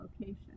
location